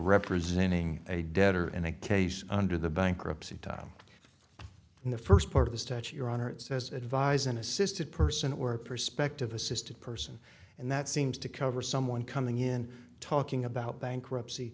representing a debtor in a case under the bankruptcy time in the first part of the statue your honor it says advise and assist a person or a prospective assisted person and that seems to cover someone coming in talking about bankruptcy